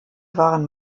waren